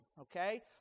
okay